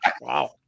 Wow